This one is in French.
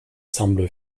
semble